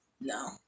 No